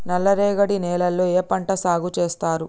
నల్లరేగడి నేలల్లో ఏ పంట సాగు చేస్తారు?